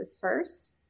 first